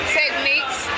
techniques